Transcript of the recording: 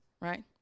right